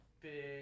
Big